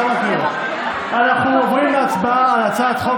אנחנו עוברים להצבעה על הצעת חוק